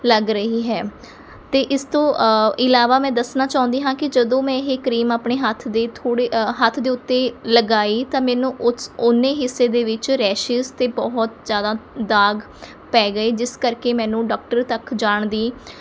ਲੱਗ ਰਹੀ ਹੈ ਅਤੇ ਇਸ ਤੋਂ ਇਲਾਵਾ ਮੈਂ ਦੱਸਣਾ ਚਾਹੁੰਦੀ ਹਾਂ ਕਿ ਜਦੋਂ ਮੈਂ ਇਹ ਕਰੀਮ ਆਪਣੇ ਹੱਥ ਦੇ ਥੋੜ੍ਹੇ ਹੱਥ ਦੇ ਉੱਤੇ ਲਗਾਈ ਤਾਂ ਮੈਨੂੰ ਉਸ ਓਨੇ ਹਿੱਸੇ ਦੇ ਵਿੱਚ ਰੈਸ਼ਿਸ਼ ਅਤੇ ਬਹੁਤ ਜ਼ਿਆਦਾ ਦਾਗ ਪੈ ਗਏ ਜਿਸ ਕਰਕੇ ਮੈਨੂੰ ਡੋਕਟਰ ਤੱਕ ਜਾਣ ਦੀ